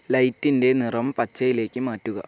ലൈറ്റിൻ്റെ നിറം പച്ചയിലേക്ക് മാറ്റുക